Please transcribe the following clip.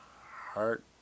heart